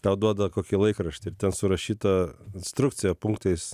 tau duoda kokį laikraštį ir ten surašyta instrukcija punktais